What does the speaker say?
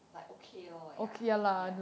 like okay lor ya